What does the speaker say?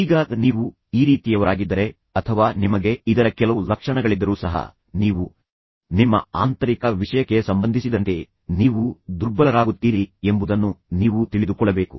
ಈಗ ನೀವು ಈ ರೀತಿಯವರಾಗಿದ್ದರೆ ಅಥವಾ ನಿಮಗೆ ಇದರ ಕೆಲವು ಲಕ್ಷಣಗಳಿದ್ದರೂ ಸಹ ನೀವು ನಿಮ್ಮ ಆಂತರಿಕ ವಿಷಯಕ್ಕೆ ಸಂಬಂಧಿಸಿದಂತೆ ನೀವು ದುರ್ಬಲರಾಗುತ್ತೀರಿ ಮತ್ತು ದುರ್ಬಲರಾಗುತ್ತೀರಿ ಎಂಬುದನ್ನು ನೀವು ತಿಳಿದುಕೊಳ್ಳಬೇಕು